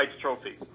trophy